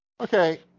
Okay